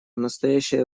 настоящее